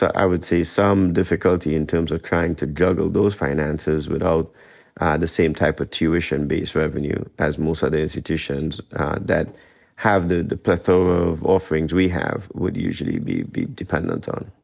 i would say some difficulty in terms of trying to juggle those finances without the same type of tuition base revenue as most other institutions that have the plethora of offerings we have would usually be be dependent on.